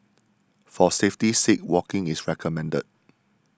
for safety's sake walking is recommended